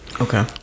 okay